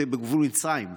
בגבול מצרים,